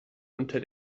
unter